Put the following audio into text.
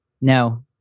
No